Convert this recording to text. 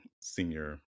senior